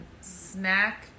snack